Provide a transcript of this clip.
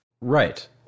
Right